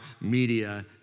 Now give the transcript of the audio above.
media